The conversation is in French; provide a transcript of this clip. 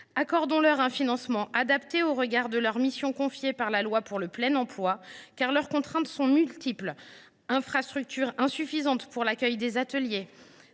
Accordons leur un financement adapté aux missions qui leur ont été confiées par la loi pour le plein emploi, car leurs contraintes sont multiples : infrastructures insuffisantes pour accueillir des ateliers,